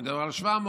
אני יודע על 700,